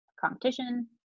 competition